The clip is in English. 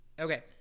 Okay